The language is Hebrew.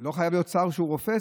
לא חייב להיות שר שהוא רופא,